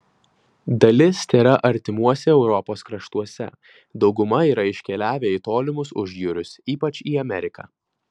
dalis tėra artimuose europos kraštuose dauguma yra iškeliavę į tolimus užjūrius ypač į ameriką